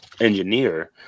engineer